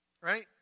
right